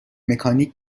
مکانیک